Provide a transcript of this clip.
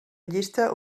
llista